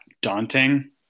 daunting